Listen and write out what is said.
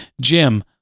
Jim